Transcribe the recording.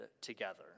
together